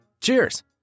Cheers